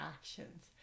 actions